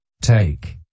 take